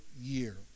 year